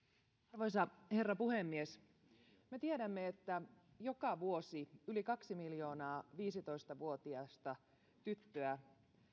arvoisa herra puhemies me tiedämme että joka vuosi yli kaksi miljoonaa viisitoista vuotiasta tyttöä